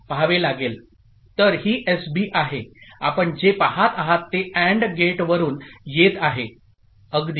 तर ही एसबी आहे आपण जे पाहत आहात ते AND गेटवरून येत आहे अगदी